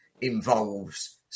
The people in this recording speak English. involves